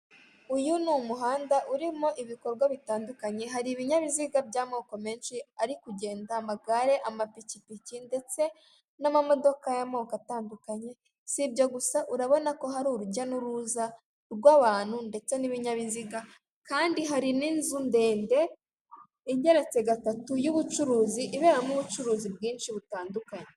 Uyu ni umuhanda urimo ibikorwa bitandukanye, hari ibinyabiziga by'amoko menshi ari kugenda amagare; amapikipiki ndetse n'amamodoka y'amoko atandukanye. Si ibyo gusa urabona ko hari urujya n'uruza rw'abantu ndetse n'ibinyabiziga, kandi hari n'inzu ndende igeretse gatatu y'ubucuruzi iberamo ubucuruzi bwinshi butandukanye.